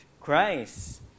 Christ